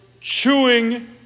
chewing